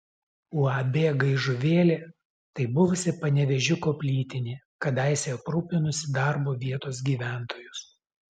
uab gaižuvėlė tai buvusi panevėžiuko plytinė kadaise aprūpinusi darbu vietos gyventojus